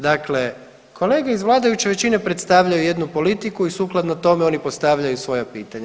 Dakle, kolege iz vladajuće većine predstavljaju jednu politiku i sukladno tome oni postavljaju svoja pitanja.